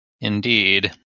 Indeed